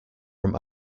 from